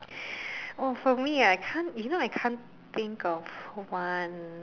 oh for me ah I can't you know I can't think of one